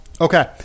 Okay